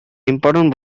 important